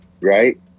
right